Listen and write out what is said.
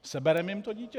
Sebereme jim to dítě?